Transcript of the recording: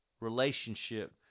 relationship